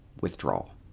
withdrawal